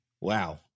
wow